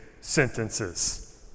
sentences